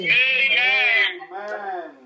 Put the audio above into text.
Amen